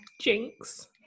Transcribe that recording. Jinx